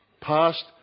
Past